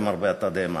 למרבה התדהמה.